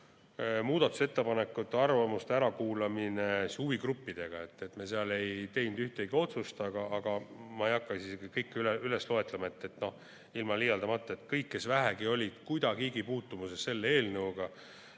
muudatusettepanekute ja arvamuste ärakuulamine huvigruppidega. Seal me ei teinud ühtegi otsust. Aga ma ei hakka siin kõike üles loetlema. Ilma liialdamata: kõik, kes vähegi olid kuidagigi puutumuses selle eelnõuga